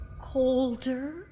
colder